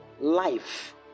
life